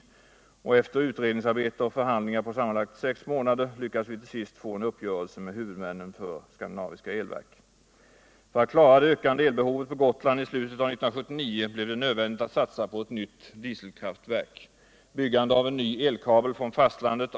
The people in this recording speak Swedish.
Efter utredningsarbete och förhandlingar på sammanlagt sex månader lyckades vi till sist att få en uppgörelse med huvudmännen för Skandinaviska Elverk. För att klara det ökande elbehovet på Gotland i slutet av 1979 blev det nödvändigt att satsa på ett nytt dieselkraftverk.